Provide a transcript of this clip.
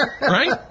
Right